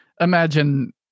imagine